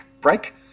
break